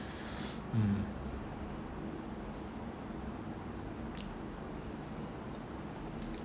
mm